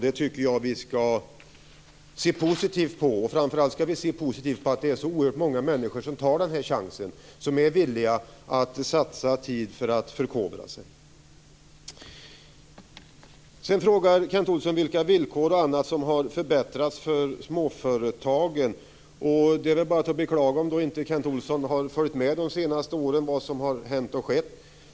Det tycker jag att vi skall se positivt på. Framför allt skall vi se positivt på att det är så oerhört många människor som tar den här chansen och är villiga att satsa tid för att förkovra sig. Sedan frågade Kent Olsson vilka villkor och annat som har förbättrats för småföretagen. Det är bara att beklaga om Kent Olsson inte har följt med vad som har hänt och skett de senaste åren.